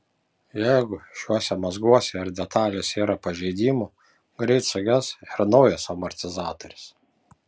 jeigu šiuose mazguose ir detalėse yra pažeidimų greit suges ir naujas amortizatorius